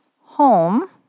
home